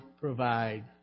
provide